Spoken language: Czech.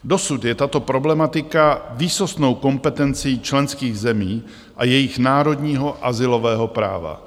Dosud je tato problematika výsostnou kompetencí členských zemí a jejich národního azylového práva.